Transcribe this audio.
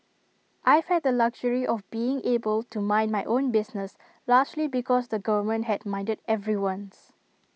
I've had the luxury of being able to mind my own business largely because the government had minded everyone's